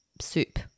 soup